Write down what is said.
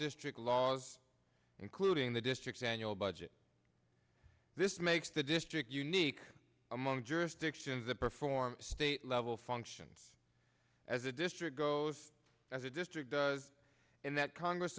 district laws including the district annual budget this makes the district unique among jurisdictions the perform state level functions as a district goes as a district does and that congress